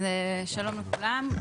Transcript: שלום לכולם.